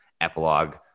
Epilogue